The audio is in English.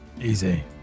Easy